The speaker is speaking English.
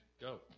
Go